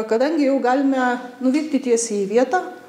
kadangi jau galime nuvykti tiesiai į vietą